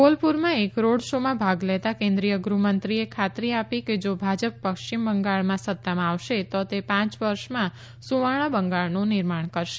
બોલપુરમાં એક રોડ શોમાં ભાગ લેતા કેન્દ્રીય ગૃહમંત્રીએ ખાતરી આપી કે જો ભાજપ પશ્ચિમ બંગાળમાં સત્તામાં આવશે તો તે પાંચ વર્ષમાં સુવર્ણ બંગાળનું નિર્માણ કરશે